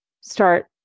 start